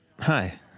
Hi